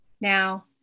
Now